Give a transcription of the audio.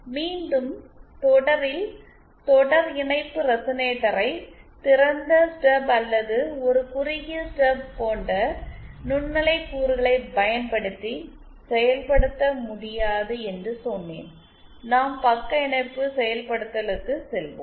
மீண்டும் தொடரில் தொடர் இணைப்பு ரெசனேட்டரை திறந்த ஸ்டப் அல்லது ஒரு குறுகிய ஸ்டப் போன்ற நுண்ணலை கூறுகளைப் பயன்படுத்தி செயல்படுத்த முடியாது என்று சொன்னேன் நாம் பக்க இணைப்பு செயல்படுத்தலுக்கு செல்வோம்